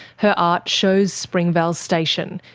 her art shows springvale station,